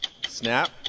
Snap